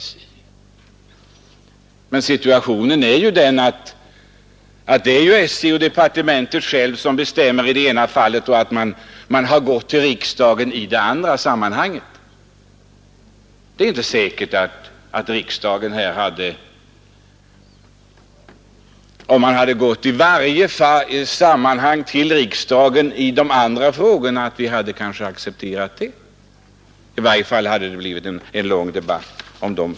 Men situationen är ju den att SJ och departementet själva bestämmer i det ena fallet och att man i det andra har gått till riksdagen. Det är inte säkert att vi, om man i varje sammanhang hade gått till riksdagen i dessa andra frågor, hade accepterat dessa lösningar; i varje fall kanske det blivit långa debatter.